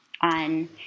on